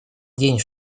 день